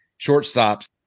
shortstops